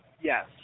Yes